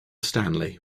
stanley